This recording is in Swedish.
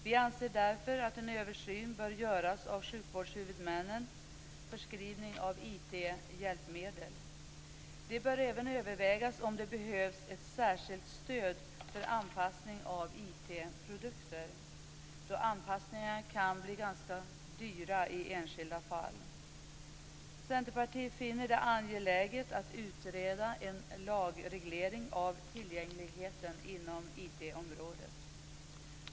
Vi anser därför att en översyn bär göras av sjukvårdshuvudmännens förskrivning av IT hjälpmedel. Det bör även övervägas om det behövs ett särskilt stöd för anpassning av IT-produkter, då anpassningarna kan bli ganska dyra i enskilda fall. Centerpartiet finner det angeläget att utreda en lagreglering av tillgängligheten inom IT-området.